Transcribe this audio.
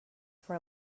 for